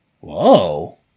Whoa